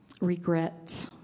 regret